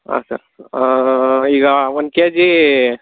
ಹಾಂ ಸರ್ ಈಗ ಒಂದು ಕೆಜಿ